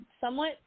somewhat